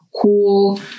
cool